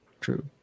True